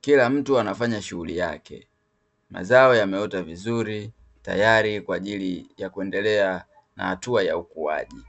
kila mtu anafanya shughuli yake, mazao yameota vizuri tayari kwaajili ya kuendelea na hatua ya ukuaji.